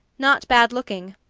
not bad looking,